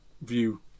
view